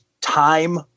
time